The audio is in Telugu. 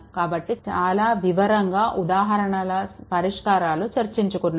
కాబట్టి చాలా వివరంగా ఉదాహరణల పరిష్కారాలు చర్చించుకున్నాము